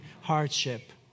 hardship